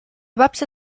babcia